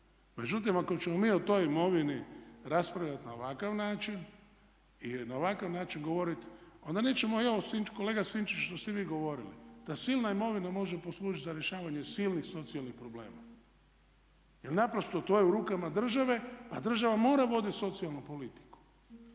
Međutim, ako ćemo mi o toj imovini raspravljati na ovakav način i na ovakav način govoriti onda nećemo ni ovo kolega Sinčiću što ste vi govorili, ta silna imovina može poslužiti za rješavanje silnih socijalnih problema jer naprosto to je u rukama države, pa država mora voditi socijalnu politiku.